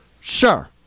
sure